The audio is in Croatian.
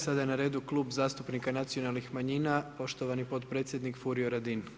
Sada je na redu Klub zastupnika nacionalnih manjina, poštovani potpredsjednik Furio Radin.